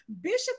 Bishop